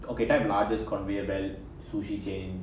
okay type largest conveyor belt sushi chain